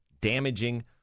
Damaging